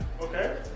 Okay